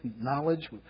knowledge